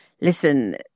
listen